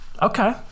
Okay